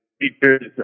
features